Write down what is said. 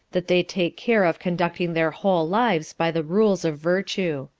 that they take care of conducting their whole lives by the rules of virtue.